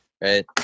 right